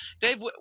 Dave